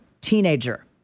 teenager